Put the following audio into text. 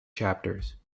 chapters